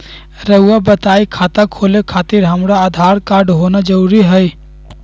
रउआ बताई खाता खोले खातिर हमरा आधार कार्ड होना जरूरी है?